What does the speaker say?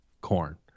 corn